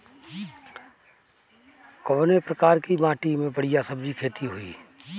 कवने प्रकार की माटी में बढ़िया सब्जी खेती हुई?